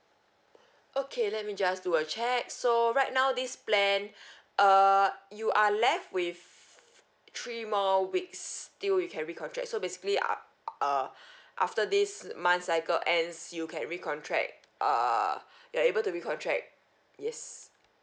okay let me just do a check so right now this plan err you are left with three more weeks still you can recontract so basically u~ uh after this month cycle ends you can recontract err you are able to recontract yes